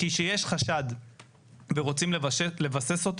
כי כשיש חשד ורוצים לבסס אותו